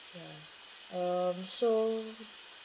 ya um so